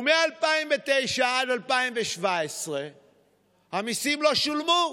ומ-2009 עד 2017 המיסים לא שולמו.